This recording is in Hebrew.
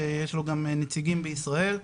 שיש לו גם נציגים בישראל.